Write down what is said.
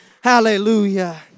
Hallelujah